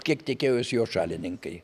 kiek tikėjosi jo šalininkai